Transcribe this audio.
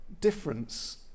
difference